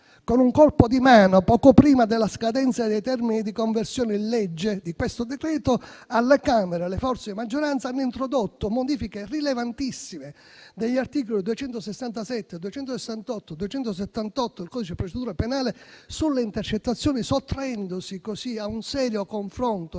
con un colpo di mano, poco prima della scadenza dei termini di conversione in legge di questo decreto-legge, alle Camere le forze di maggioranza hanno introdotto modifiche rilevantissime agli articoli 267, 268 e 278 del codice di procedura penale sulle intercettazioni, sottraendosi così a un serio confronto